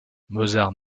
mozart